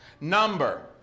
number